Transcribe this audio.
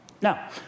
Now